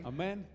Amen